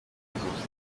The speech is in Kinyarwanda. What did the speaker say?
ubusitani